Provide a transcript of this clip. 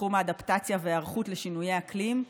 בתחום האדפטציה וההיערכות לשינויי האקלים,